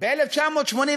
ב-1985